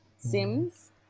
Sims